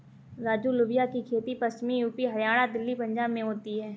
राजू लोबिया की खेती पश्चिमी यूपी, हरियाणा, दिल्ली, पंजाब में होती है